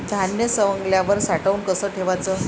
धान्य सवंगल्यावर साठवून कस ठेवाच?